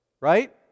right